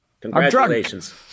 Congratulations